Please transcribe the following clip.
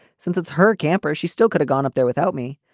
since it's her camper she still could've gone up there without me.